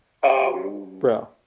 Bro